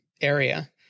area